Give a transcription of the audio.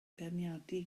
feirniadu